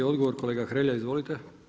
I odgovor kolega Hrelja, izvolite.